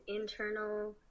internal